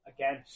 Again